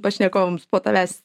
pašnekovams po tavęs